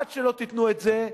עד שלא תיתנו את זה,